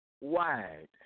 wide